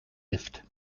lived